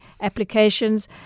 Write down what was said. applications